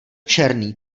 černý